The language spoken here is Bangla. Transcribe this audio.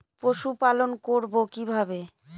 পশুপালন করব কিভাবে?